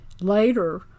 Later